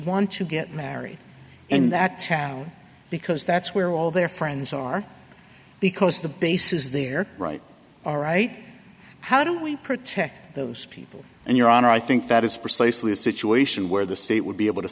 want to get married and that because that's where all their friends are because the base is there right all right how do we protect those people and your honor i think that is precisely a situation where the state would be able to